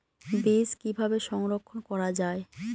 বীজ কিভাবে সংরক্ষণ করা যায়?